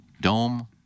dome